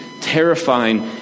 terrifying